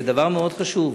זה דבר מאוד חשוב.